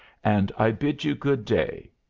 and i bid you good day.